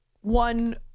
one